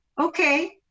okay